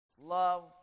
Love